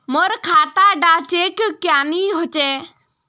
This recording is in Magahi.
मोर खाता डा चेक क्यानी होचए?